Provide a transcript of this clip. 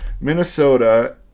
Minnesota